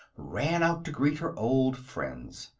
ran out to greet her old friends.